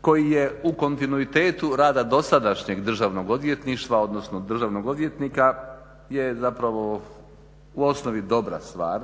koji je u kontinuitetu rada dosadašnjeg državnog odvjetništva odnosno državnog odvjetnika je zapravo u osnovi dobra stvar